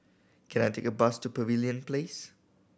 can I take a bus to Pavilion Place